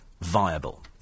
viable